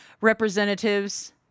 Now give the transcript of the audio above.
representatives